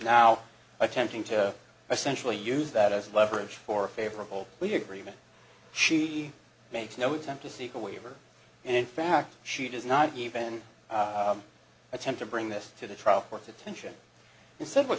now attempting to essentially use that as leverage for favorable we agree that she makes no attempt to seek a waiver and in fact she does not even attempt to bring this to the trial court's attention and said what